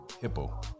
Hippo